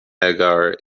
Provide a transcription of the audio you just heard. agar